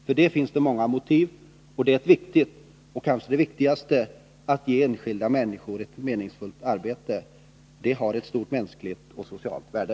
För detta finns det många motiv, men ett är viktigt, kanske det viktigaste: att ge de enskilda människorna ett meningsfullt arbete. Det har ett stort mänskligt och socialt värde.